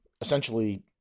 essentially